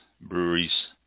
breweries